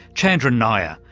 chandran nair,